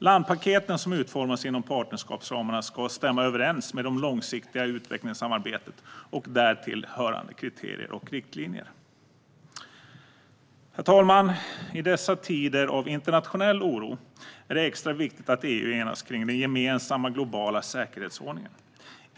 Landpaketen som utformas inom partnerskapsramarna ska stämma överens med det långsiktiga utvecklingssamarbetet och där tillhörande kriterier och riktlinjer. Herr talman! I dessa tider av internationell oro är det extra viktigt att EU enas kring den gemensamma globala säkerhetsordningen.